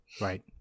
Right